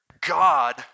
God